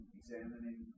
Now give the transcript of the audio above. examining